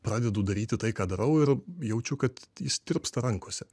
pradedu daryti tai ką darau ir jaučiu kad jis tirpsta rankose